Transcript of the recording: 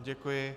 Děkuji.